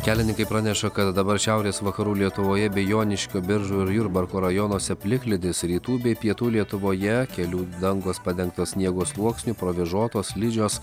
kelininkai praneša kad dabar šiaurės vakarų lietuvoje bei joniškio biržų ir jurbarko rajonuose plikledis rytų bei pietų lietuvoje kelių dangos padengtos sniego sluoksniu provėžotos slidžios